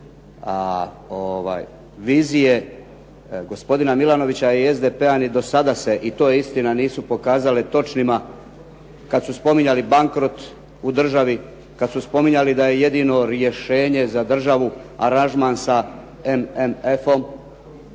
A vizije gospodina Milanovića i SDP-a ni do sada se i to je istina nisu pokazale točnima kada su spominjali bankrot u državi, kada su spominjali da je jedino rješenje za državu aranžman sa MMF-om.